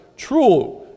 True